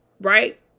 right